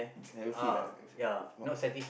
never feed ah never feed not